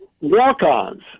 walk-ons